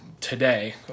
Today